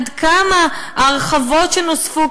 עד כמה ההרחבות שנוספו,